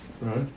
Right